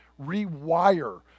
rewire